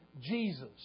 Jesus